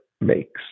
makes